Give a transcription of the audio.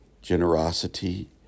generosity